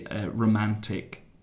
romantic